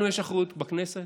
לנו יש אחריות בכנסת,